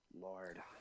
Lord